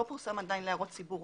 לא פרסם עדיין להערות ציבור.